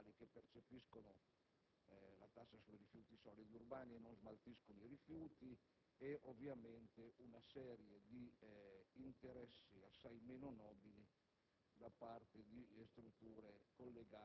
convergenti anche di amministrazioni locali che percepiscono la tassa sui rifiuti solidi urbani e non smaltiscono i rifiuti, nonché una serie di interessi assai meno nobili